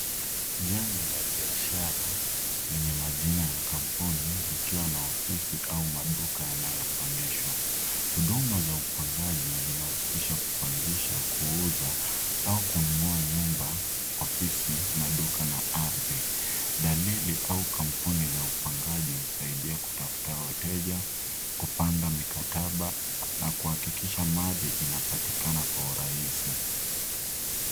Jengo la biashara lenye majina ya kampuni likiwa na ofisi au maduka yanayopangishwa. Huduma za upangaji zinahusisha kupangisha, kuuza au kununua nyumba, ofisi, maduka na ardhi. Dalili au kampuni za upangaji husaidia kutafuta wateja, kupanga mikataba na kuhakikisha mali inapatikana kwa urahisi.